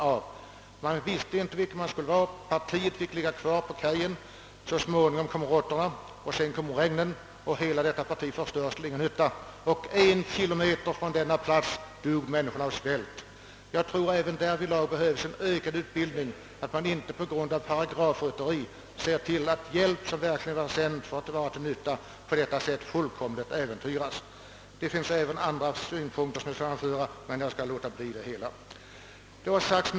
Det blev ingen klarhet på den punkten. Partiet fick ligga kvar på kajen. Så småningom kom råttorna, sedan kom regnen, och hela partiet förstördes och kom till ingen nytta. Endast en kilometer från lossningsplatsen dog människorna av svält. Jag tror att även därvidlag behövs en ökad utbildning. Det måste vara angeläget att man ser till att inte på grund av paragrafrytteri hjälp, som har givits för att vara till nytta, på detta sätt äventyras. Det finns även andra synpunkter att anföra, men jag skall inte göra det i detta sammanhang.